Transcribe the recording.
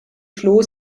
floh